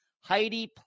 Heidi